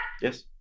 Yes